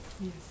Yes